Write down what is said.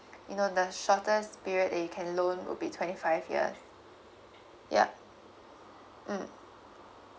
you know the shortest period that you can loan would be twenty five years yup mm